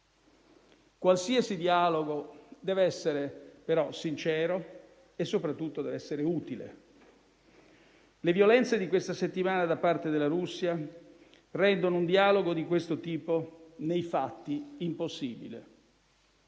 Qualsiasi dialogo deve essere però sincero e, soprattutto, deve essere utile. Le violenze di questa settimana da parte della Russia rendono un dialogo di questo tipo nei fatti impossibile.